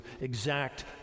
exact